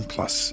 Plus